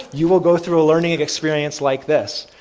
you will go through a learning experience like this.